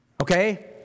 Okay